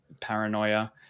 paranoia